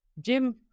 jim